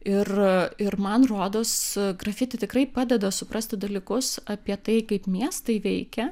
ir ir man rodos grafiti tikrai padeda suprasti dalykus apie tai kaip miestai veikia